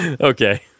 Okay